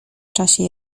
czasie